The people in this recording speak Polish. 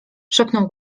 szepnął